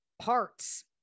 parts